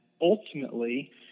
ultimately –